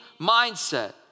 mindset